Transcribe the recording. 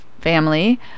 family